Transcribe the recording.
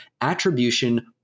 attribution